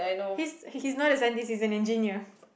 he's he's not a dentist he's an engineer